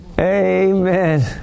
Amen